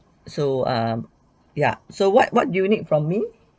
so um yeah so what what do you need from me